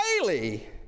daily